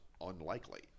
unlikely